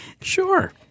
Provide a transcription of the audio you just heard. Sure